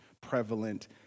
prevalent